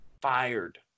fired